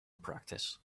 practice